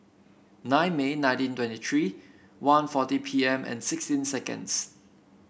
nine May nineteen twenty three one forty P M and sixteen seconds